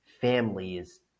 families